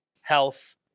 health